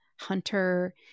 Hunter